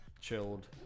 chilled